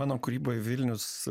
mano kūryboj vilnius